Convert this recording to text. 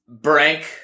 Brank